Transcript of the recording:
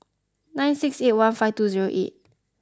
nine six eight one five two zero eight